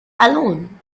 alone